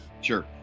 Sure